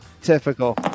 Typical